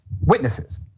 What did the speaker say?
witnesses